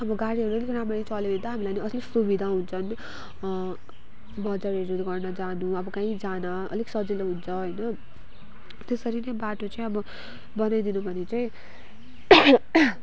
अब गाडीहरू राम्ररी चल्यो भने त हामीलाई अलिक सुविधा हुन्छ बजार हिँड डुल गर्न जानु अब कहीँ जान अलिक सजिलो हुन्छ होइन त्यसरी नै बाटो चाहिँ अब बनाइदिनु भने चाहिँ